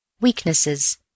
Weaknesses